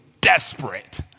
desperate